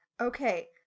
Okay